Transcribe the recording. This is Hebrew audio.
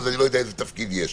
אני לא יודע איזה תפקיד יש,